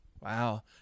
Wow